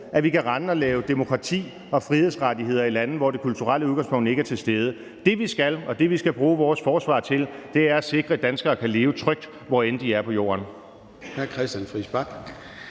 at vi kan rende og indføre demokrati og frihedsrettigheder i lande, hvor det kulturelle udgangspunkt ikke er til stede. Det, vi skal, og det, vi skal bruge vores forsvar til, er at sikre, at danskere kan leve trygt, hvor end de er på jorden.